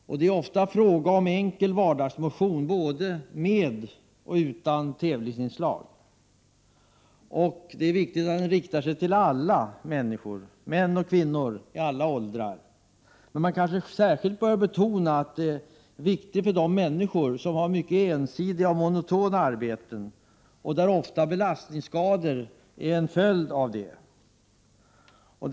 Ofta är det fråga om enkel vardagsmotion, både med och utan tävlingsinslag. Det är viktigt att verksamheten riktar sig till alla människor, män och kvinnor i alla åldrar. Men man kanske särskilt bör betona att verksamheten är viktig för dem som har ensidiga och monotona arbeten, för vilka belastningsskador ofta är en följd av arbetet.